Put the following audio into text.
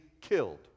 killed